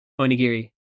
onigiri